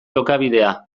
jokabidea